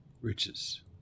riches